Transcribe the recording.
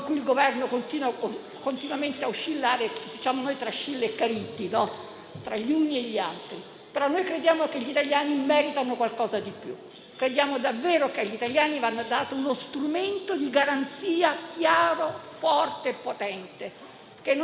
crediamo davvero che agli italiani debba essere dato uno strumento di garanzia chiaro, forte e potente, che non sia una dialettica meramente ideologica, ma una presa di posizione importante al servizio esclusivo della loro salute,